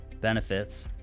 benefits